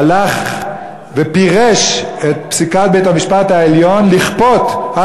הלך ופירש את פסיקת בית-המשפט העליון לכפות על